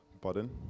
Pardon